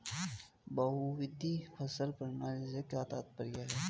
बहुविध फसल प्रणाली से क्या तात्पर्य है?